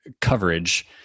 coverage